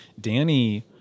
Danny